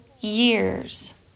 years